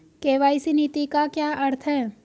KYC नीति का क्या अर्थ है?